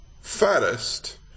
fattest